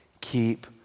keep